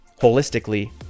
Holistically